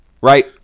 right